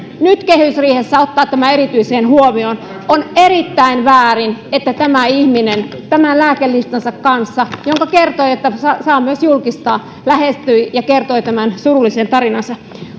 nyt kehysriihessä ottaa tämä erityiseen huomioon on erittäin väärin että tämä ihminen tämän lääkelistansa kanssa joka kertoi että saa myös julkistaa lähestyi ja kertoi tämän surullisen tarinansa